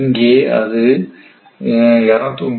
இங்கே அது 239